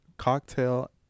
Cocktail